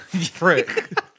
frick